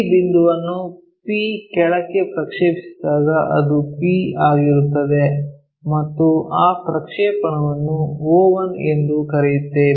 ಈ ಬಿಂದುವನ್ನು P ಕೆಳಕ್ಕೆ ಪ್ರಕ್ಷೇಪಿಸಿದಾಗ ಅದು P ಆಗಿರುತ್ತದೆ ಮತ್ತು ಆ ಪ್ರಕ್ಷೇಪಣಗಳನ್ನು o1 ಎಂದು ಕರೆಯುತ್ತೇವೆ